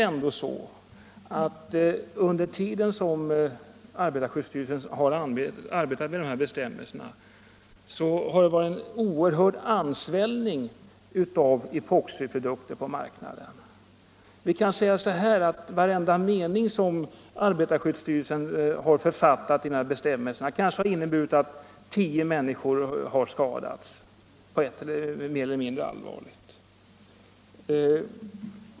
Under den tid som arbetarskyddsstyrelsen har sysslat med dessa bestämmelser har det skett en oerhörd ansvällning av epoxiprodukter på marknaden. Varenda mening som arbetarskyddsstyrelsen har författat i dessa bestämmelser har kanske inneburit att tio människor har skadats mer eller mindre allvarligt.